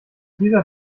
dieser